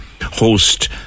host